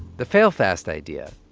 the fail fast idea,